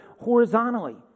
horizontally